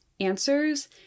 answers